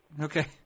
Okay